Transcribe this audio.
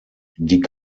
die